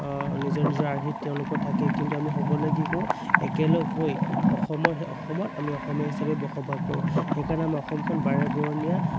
নিজৰ নিজৰ আৰ্হিত তেওঁলোকৰ থাকে কিন্তু আমি সকলোৱে কি কৰোঁ একেলগ হৈ অসমত অসমত আমি অসমীয়া হিচাপে বসবাস কৰোঁ সেইকাৰণে আমাৰ অসমখন বাৰেবৰণীয়া